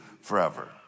forever